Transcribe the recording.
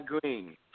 Green